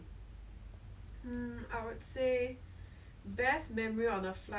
then you just sit there thinking oh my god fourteen hours is my nose going to be blocked throughout